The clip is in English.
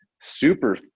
super